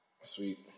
Sweet